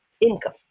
income